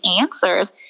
answers